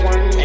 One